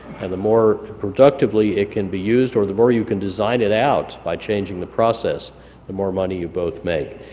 and the more productively it can be used, or the more you can design it out by changing the process the more money you both make,